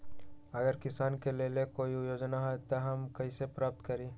अगर किसान के लेल कोई योजना है त हम कईसे प्राप्त करी?